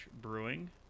Brewing